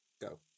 go